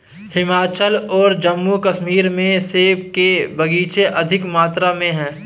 हिमाचल और जम्मू कश्मीर में सेब के बगीचे अधिक मात्रा में है